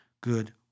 good